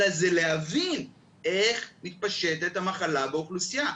אלא זה להבין איך מתפשטת המחלה באוכלוסייה,